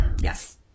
Yes